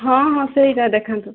ହଁ ହଁ ସେଇଟା ଦେଖାନ୍ତୁ